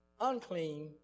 unclean